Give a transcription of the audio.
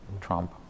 Trump